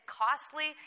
costly